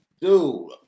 Dude